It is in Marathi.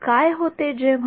काय होते जेव्हा